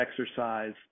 exercise